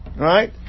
right